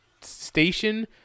station